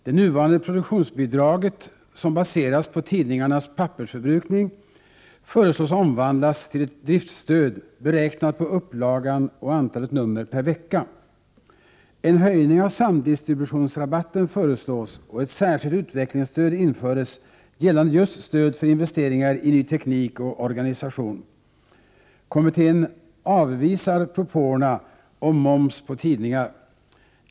Det nuvarande produktionsbidraget, som baseras på tidningarnas pappersförbrukning, föreslås omvandlas till ett driftstöd beräknat på upplagan och antalet nummer per vecka. En höjning av samdistributionsrabatten föreslås, och ett särskilt utvecklingsstöd införs gällande just stöd för investeringar i ny teknik och organisation. Kommittén avvisar propåerna om moms på tidningar.